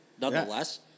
nonetheless